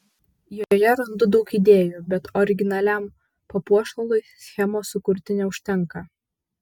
joje randu daug idėjų bet originaliam papuošalui schemos sukurti neužtenka